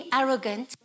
arrogant